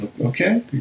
Okay